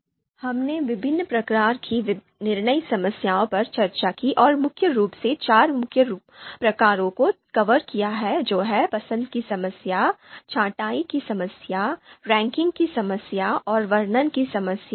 फिर हमने विभिन्न प्रकार की निर्णय समस्याओं पर चर्चा की और मुख्य रूप से चार मुख्य प्रकारों को कवर किया जो हैं पसंद की समस्या छँटाई की समस्या रैंकिंग की समस्या और वर्णन की समस्या